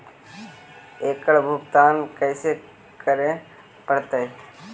एकड़ भुगतान कैसे करे पड़हई?